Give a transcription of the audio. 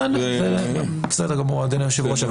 זה בסדר גמור, אדוני היושב-ראש.